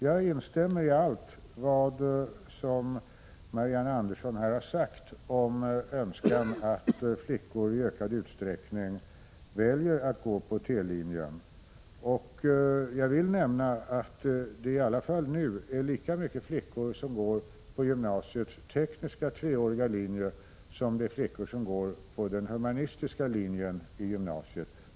Jag instämmer i allt vad Marianne Andersson har sagt om önskan att flickor i ökad utsträckning väljer att gå på T-linjen. Jag vill nämna att det i alla fall nu är lika många flickor som går på gymnasiets tekniska treåriga linje som på den humanistiska linjen i gymnasiet.